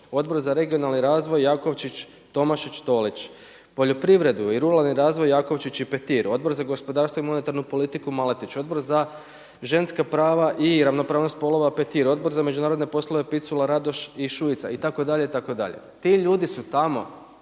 Odbor za regionalni razvoj Jakovčić, Tomašić, Tolić. Poljoprivredu i ruralni razvoj Jakovčić i Petir, Odbor za gospodarstvo i monetarnu politiku Maletić, Odbor za ženska prava i ravnopravnost spolova Petir, Odbor za međunarodne poslove Picula, Radoš i Šuica, itd., itd. Ti ljudi su tamo